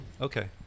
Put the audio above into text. Okay